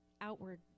outward